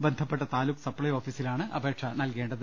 ബന്ധപ്പെട്ട താലൂക്ക് സപ്ലൈ ഓഫീസിലാണ് അപേക്ഷ നൽകേണ്ടത്